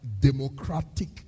democratic